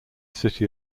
city